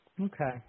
Okay